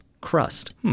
crust